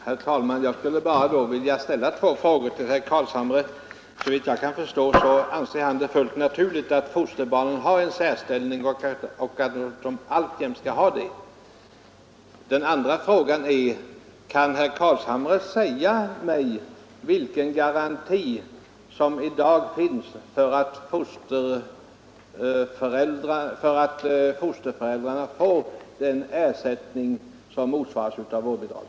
Herr talman! Jag vill då bara ställa två frågor till herr Carlshamre. Anser herr Carlshamre det vara fullt naturligt att fosterbarn har en särställning och att de därför alltjämt skall ha det? Och kan herr Carlshamre säga mig vilken garanti som i dag finns för att fosterföräldrarna får den ersättning som motsvaras av vårdbidraget?